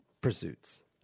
pursuits